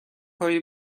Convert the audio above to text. هایی